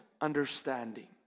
understanding